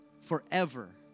Forever